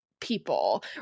people